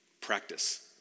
Practice